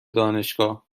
دانشگاه